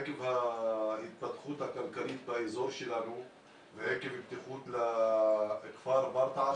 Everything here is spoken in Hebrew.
עקב ההתפתחות הכלכלית באזור שלנו ועקב פתיחות לכפר ברטעא,